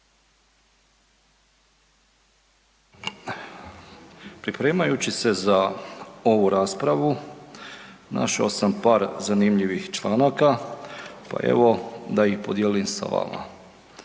Pripremajući se za ovu raspravu našao sam par zanimljivih članaka pa evo da ih podijelim s vama.